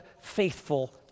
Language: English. faithful